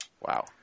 Wow